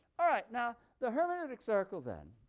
all right. now the hermeneutic circle, then,